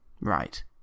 Right